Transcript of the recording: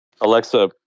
Alexa